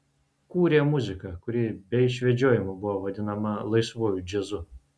kūrė muziką kuri be išvedžiojimų buvo vadinama laisvuoju džiazu